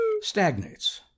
stagnates